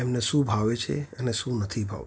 એમને શું ભાવે છે અને શું નથી ભાવતું